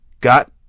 got